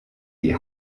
die